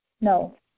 no